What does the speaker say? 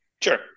Sure